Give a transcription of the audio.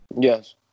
Yes